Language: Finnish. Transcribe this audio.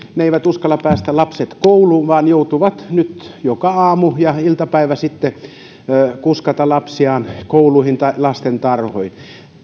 he eivät uskalla päästää lapsiaan kouluun vaan joutuvat nyt joka aamu ja iltapäivä kuskaamaan lapsiaan kouluihin tai lastentarhoihin